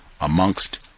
amongst